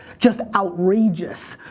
just outrageous,